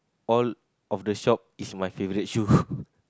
all of the shop is my favorite shoe